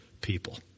people